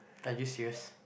are you serious